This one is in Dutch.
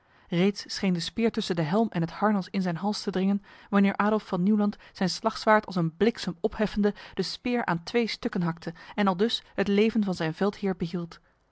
reeds scheen de speer tussen de helm en het harnas in zijn hals te dringen wanneer adolf van nieuwland zijn slagzwaard als een bliksem opheffende de speer aan twee stukken hakte en aldus het leven van zijn veldheer behield